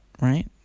right